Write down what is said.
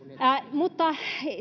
mutta